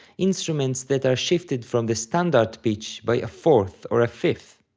instruments that are shifted from the standard pitch by a fourth, or a fifth.